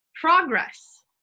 progress